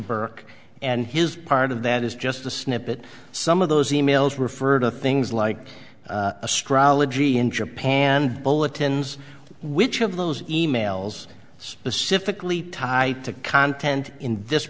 burke and his part of that is just a snippet some of those e mails refer to things like astrology in japan bulletins which of those e mails specifically tie to content in this